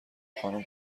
خانوم